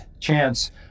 chance